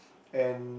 and